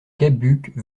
cabuc